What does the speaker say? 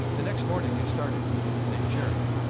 the next morning they started in the same chariot.